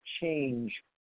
change